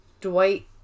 Dwight